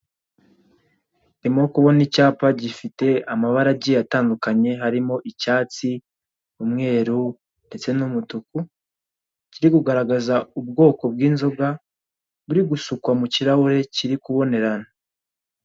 Ndimo kubona icyapa gifite amabara agiye atandukanye harimo icyatsi, umweru ndetse n'umutuku, kirikugaragaza ubwoko bw'inzoga buri gusukwa mu kirahure kiri kubonerana.